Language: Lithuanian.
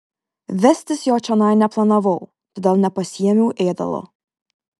vestis jo čionai neplanavau todėl nepasiėmiau ėdalo